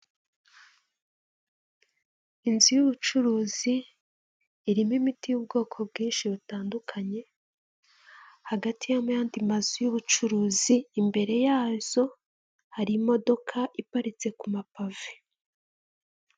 Inzu y'ubucuruzi irimo imiti y'ubwoko bwinshi butandukanye hagati y'ayandi mazu y'ubucuruzi imbere yazo hari imodoka iparitse ku mapave.